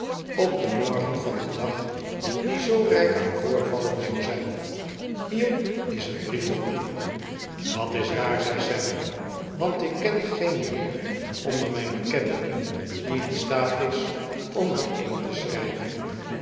op den morgen van den dag die zoo rijk aan voorvallen zou zijn hier is een brief voor u dat is raar zei sam want ik ken geen heer onder mijn bekenden die in staat is om er een te schrijven